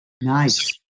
Nice